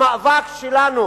המאבק שלנו